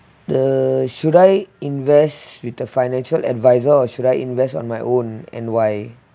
the should I invest with the financial advisor or should I invest on my own and why